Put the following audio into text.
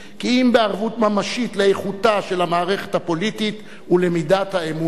כי אם בערבות ממשית לאיכותה של המערכת הפוליטית ולמידת האמון בה.